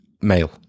male